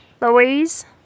Louise